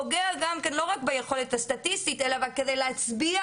פוגע גם כן לא רק ביכולת הסטטיסטית אלא כדי להצביע